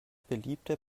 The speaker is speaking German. beliebte